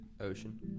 Ocean